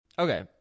Okay